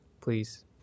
please